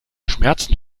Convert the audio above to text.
schmerzen